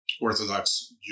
orthodox